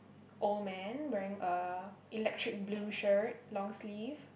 old man wearing a electric blue shirt long sleeve